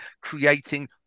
creating